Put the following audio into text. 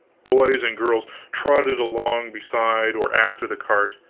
boys and girls, trotted along beside or after the cart,